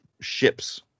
ships